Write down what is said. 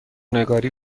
نگاری